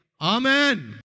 Amen